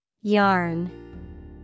Yarn